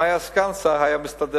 אם היה סגן שר הדברים היו מסתדרים.